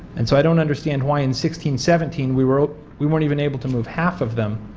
and so i don't understand why and sixteen seventeen we weren't we weren't even able to move half of them,